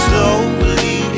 Slowly